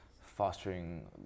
fostering